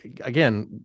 again